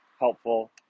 helpful